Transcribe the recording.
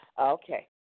Okay